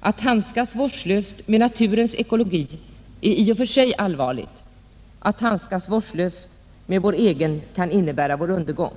Att handskas vårdslöst med naturens ekologi är i och för sig allvarligt; att handskas vårdslöst med vår egen kan innebära vår undergång.